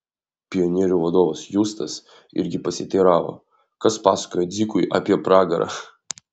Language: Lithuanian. pionierių vadovas justas irgi pasiteiravo kas pasakojo dzikui apie pragarą